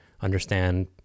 understand